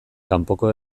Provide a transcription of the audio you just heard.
kanpoko